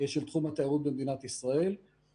של תחום התיירות במדינת ישראל,